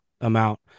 amount